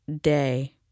day